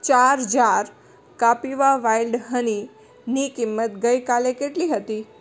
ચાર જાર કાપીવા વાઈલ્ડ હનીની કિંમત ગઈ કાલે કેટલી હતી